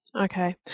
Okay